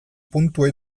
puntua